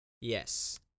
Yes